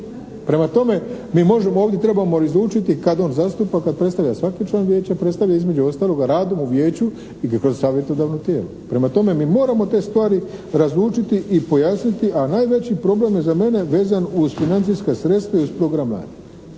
Prema tome, mi možemo ovdje, trebamo razlučiti kad on zastupa, kad predstavlja, svaki član vijeća predstavlja između ostaloga radom u vijeću i …/Govornik se ne razumije./… savjetodavno tijelo. Prema tome, mi moramo te stvari razlučiti i pojasniti, a najveći problem je za mene vezan uz financijska sredstva i uz program mladih.